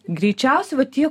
greičiausi va tie